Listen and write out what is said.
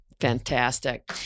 Fantastic